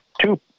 two